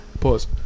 Pause